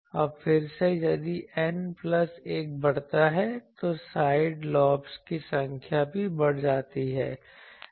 अब फिर से यदि N प्लस 1 बढ़ता है तो साइड लॉब्स की संख्या भी बढ़ जाती है